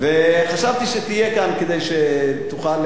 חשבתי שתהיה כאן כדי שתוכל,